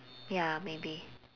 ya maybe